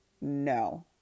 No